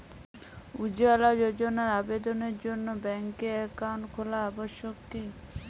উজ্জ্বলা যোজনার আবেদনের জন্য ব্যাঙ্কে অ্যাকাউন্ট খোলা আবশ্যক কি?